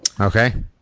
Okay